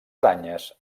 aranyes